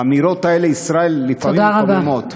האמירות האלה, ישראל, לפעמים מקוממות.